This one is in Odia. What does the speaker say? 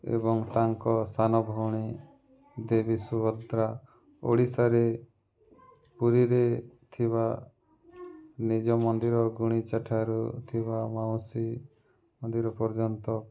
ଏବଂ ତାଙ୍କ ସାନ ଭଉଣୀ ଦେବୀ ସୁଭଦ୍ରା ଓଡ଼ିଶାରେ ପୁରୀରେ ଥିବା ନିଜ ମନ୍ଦିର ଗୁଣ୍ଡିଚା ଠାରୁ ଥିବା ମାଉସୀ ମନ୍ଦିର ପର୍ଯ୍ୟନ୍ତ